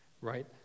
Right